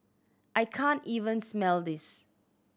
I can't even smell this